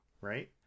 right